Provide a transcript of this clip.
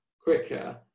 quicker